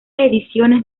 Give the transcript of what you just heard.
ediciones